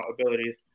abilities